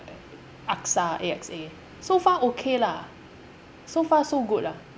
AXA A_X_A so far okay lah so far so good lah